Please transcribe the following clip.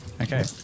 Okay